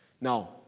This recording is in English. Now